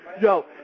yo